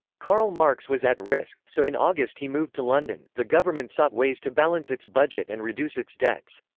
karl marx was at risk, so in august he moved to london the government sought ways to balance its budget and reduce its debts.